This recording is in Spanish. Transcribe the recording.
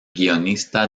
guionista